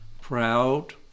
proud